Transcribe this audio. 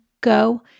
go